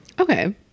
Okay